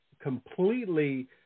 completely